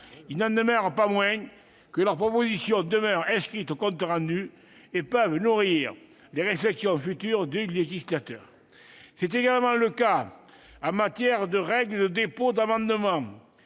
Il n'en demeure pas moins que leurs propositions demeurent inscrites au compte rendu et peuvent nourrir les réflexions futures du législateur. C'est également le cas en matière de règles régissant le dépôt d'amendements,